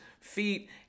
feet